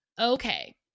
Okay